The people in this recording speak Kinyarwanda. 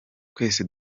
twese